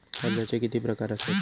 कर्जाचे किती प्रकार असात?